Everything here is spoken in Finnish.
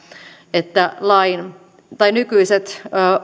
että nykyiset